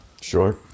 Sure